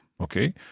Okay